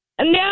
No